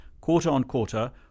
quarter-on-quarter